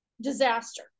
disaster